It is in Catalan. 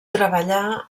treballà